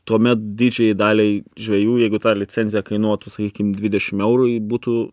tuomet didžiajai daliai žvejų jeigu ta licenzija kainuotų sakykim dvidešim eurų būtų